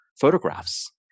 photographs